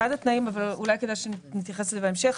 אולי כדאי שנתייחס לזה בהמשך.